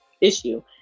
issue